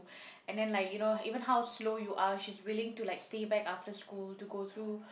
and then like you know even how slow you are she's willing to like stay back after school to go through